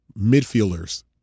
midfielders